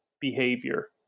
behavior